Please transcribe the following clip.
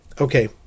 okay